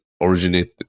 originated